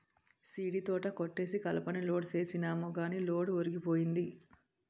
సీడీతోట కొట్టేసి కలపని లోడ్ సేసినాము గాని లోడు ఒరిగిపోయింది